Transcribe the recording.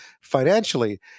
financially